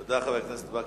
תודה, חבר הכנסת וקנין.